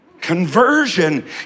Conversion